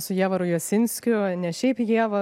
su jėvaru jasinskiu ne šiaip ieva